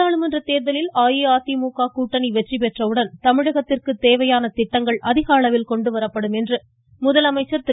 நாடாளுமன்ற தேர்தலில் அஇஅதிமுக கூட்டணி வெற்றி பெற்றவுடன் தமிழகத்திற்கு தேவையான திட்டங்கள் அதிகஅளவில் கொண்டு வரப்படும் என்று முதலமைச்சா் திரு